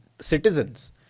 citizens